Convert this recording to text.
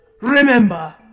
Remember